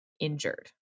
Injured